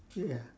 ya